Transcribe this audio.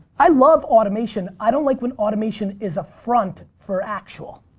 i love automation. i don't like when automation is a front for actual.